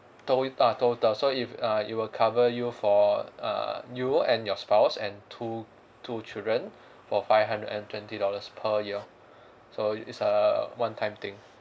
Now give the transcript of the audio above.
to~ ah total so if uh it will cover you for err you and your spouse and two two children for five hundred and twenty dollars per year so it's a one time thing